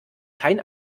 kein